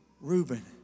Reuben